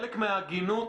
חלק מההגינות